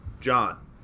john